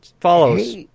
Follows